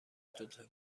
دوتا